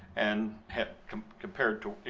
and compared to you